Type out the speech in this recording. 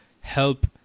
help